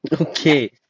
Okay